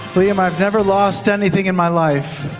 liam, i've never lost anything in my life.